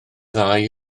dau